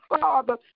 Father